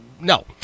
No